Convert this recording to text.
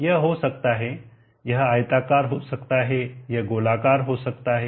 यह हो सकता है यह आयताकार हो सकता है या यह गोलाकार हो सकता है